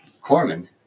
Corman